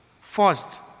first